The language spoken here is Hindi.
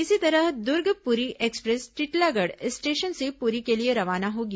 इसी तरह दुर्ग पुरी एक्सप्रेस टिटलागढ़ स्टेशन से पुरी के लिए रवाना होगी